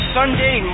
Sunday